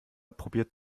probiert